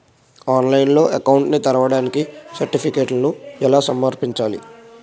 ఆన్లైన్లో అకౌంట్ ని తెరవడానికి సర్టిఫికెట్లను ఎలా సమర్పించాలి?